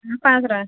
ହଁ ପାଞ୍ଚ ଶହ ଟଙ୍କା